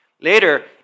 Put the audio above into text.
Later